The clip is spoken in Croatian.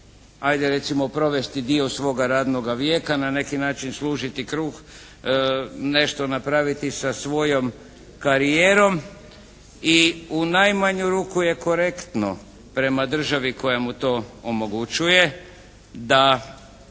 ajde recimo provesti dio svoga radnoga vijeka, na neki način služiti kruh, nešto napraviti sa svojom karijerom i u najmanju ruku je korektno prema državi koja mu to omogućuje da